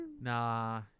Nah